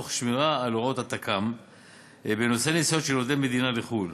תוך שמירה על הוראות התכ"מ בנושא נסיעות על עובדי מדינה לחו"ל.